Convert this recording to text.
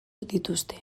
dituzte